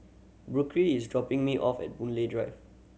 Burke is dropping me off at Boon Lay Drive